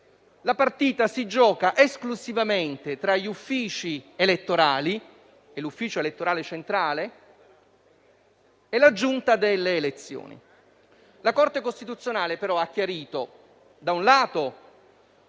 la partita si gioca esclusivamente tra gli uffici elettorali e l'ufficio elettorale centrale e la Giunta delle elezioni. La Corte costituzionale, però, ha chiarito - da un lato